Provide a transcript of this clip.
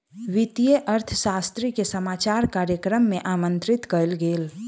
वित्तीय अर्थशास्त्री के समाचार कार्यक्रम में आमंत्रित कयल गेल